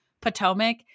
Potomac